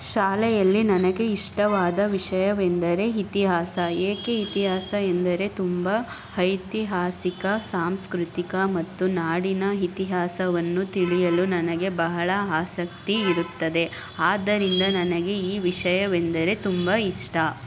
ಶಾಲೆಯಲ್ಲಿ ನನಗೆ ಇಷ್ಟವಾದ ವಿಷಯವೆಂದರೆ ಇತಿಹಾಸ ಏಕೆ ಇತಿಹಾಸ ಎಂದರೆ ತುಂಬ ಐತಿಹಾಸಿಕ ಸಾಂಸ್ಕೃತಿಕ ಮತ್ತು ನಾಡಿನ ಇತಿಹಾಸವನ್ನು ತಿಳಿಯಲು ನನಗೆ ಬಹಳ ಆಸಕ್ತಿ ಇರುತ್ತದೆ ಆದ್ದರಿಂದ ನನಗೆ ಈ ವಿಷಯವೆಂದರೆ ತುಂಬ ಇಷ್ಟ